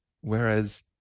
Whereas